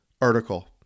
article